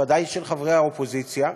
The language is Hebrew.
ודאי של חברי האופוזיציה,